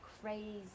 crazy